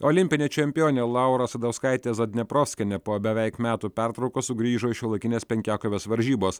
olimpinė čempionė laura asadauskaitė zadneprovskienė po beveik metų pertraukos sugrįžo šiuolaikinės penkiakovės varžybas